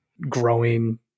growing